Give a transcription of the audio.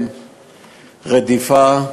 רדיפה,